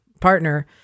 partner